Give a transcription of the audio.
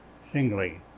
singly